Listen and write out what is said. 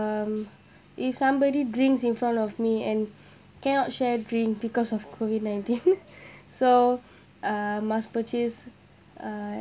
um if somebody drinks in front of me and cannot share drink because of COVID-nineteen so uh must purchase uh